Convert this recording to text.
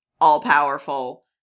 all-powerful